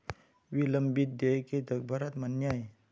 विलंबित देयके जगभरात मान्य आहेत